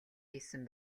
хийсэн